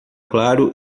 claro